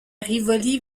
rivoli